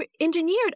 engineered